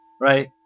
Right